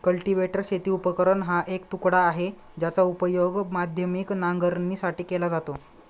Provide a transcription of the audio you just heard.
cultivator शेती उपकरण हा एक तुकडा आहे, ज्याचा उपयोग माध्यमिक नांगरणीसाठी केला जातो